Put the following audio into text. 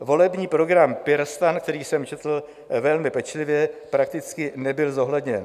Volební program PirSTAN, který jsem četl velmi pečlivě, prakticky nebyl zohledněn.